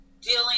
dealing